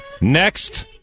Next